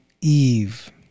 Eve